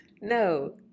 No